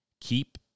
Keep